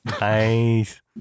Nice